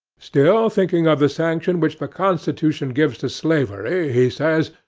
still thinking of the sanction which the constitution gives to slavery, he says,